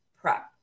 prep